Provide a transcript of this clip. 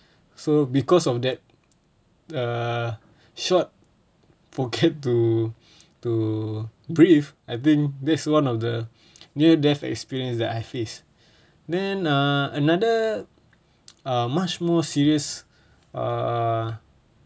so because of that err short forget to to breathe I think there's one of the near death experience that I faced then uh another err much more serious err